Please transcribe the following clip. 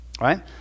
right